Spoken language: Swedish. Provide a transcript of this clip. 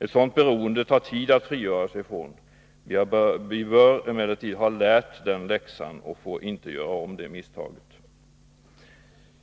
Ett sådant beroende tar det tid att frigöra sig från. Vi bör emellertid ha lärt läxan, och vi får inte göra om det misstaget.